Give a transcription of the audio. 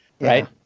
Right